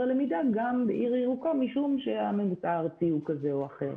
גם בעיר ירוקה משום שהממוצע הארצי הוא כזה או אחר.